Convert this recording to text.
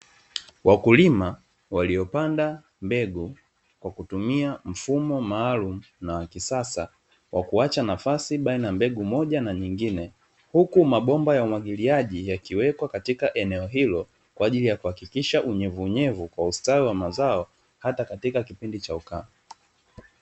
Wakulima waliopanda mbegu kwa kutumia mfumo maalumu na wa kisasa, wa kuacha nafasi baina ya mbegu moja na nyingine. Huku mabomba ya umwagiliaji yakiwekwa katika eneo hilo, kwa ajili ya kuhakikisha unyevunyevu, kwa ustawi wa mazao hata katika kipindi cha ukame.